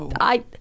I-